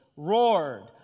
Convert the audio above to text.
roared